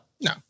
No